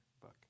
book